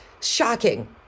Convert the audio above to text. shocking